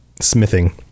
smithing